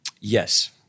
Yes